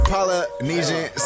Polynesian